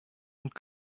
und